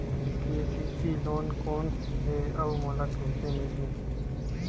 KCC loan कौन हे अउ मोला कइसे मिलही?